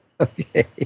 Okay